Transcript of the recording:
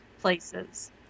places